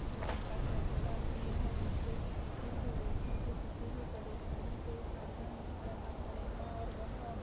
समानता के अधिकार दिए हैं जिससे कि किसी भी व्यक्ति को किसी भी परेशानी के सामना नहीं करना पड़ेगा और वह अपने